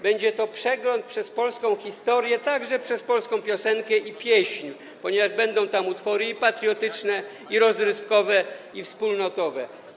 Będzie to przegląd przez polską historię, także przez polską piosenkę i pieśń, ponieważ będą tam utwory i patriotyczne, i rozrywkowe, i wspólnotowe.